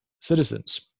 citizens